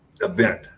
event